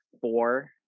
four